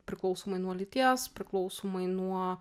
priklausomai nuo lyties priklausomai nuo